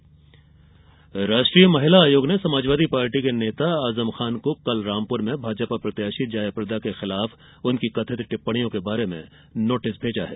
राष्ट्रीय महिला आयोग राष्ट्रीय महिला आयोग ने समाजवादी पार्टी के नेता आजम खान को कल रामपुर में भाजपा प्रत्याशी जया प्रदा के खिलाफ उनकी कथित टिप्पणियों के बारे में नोटिस भेजा है